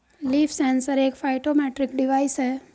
leaf sensor एक phytometric device है